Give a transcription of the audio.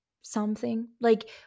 something—like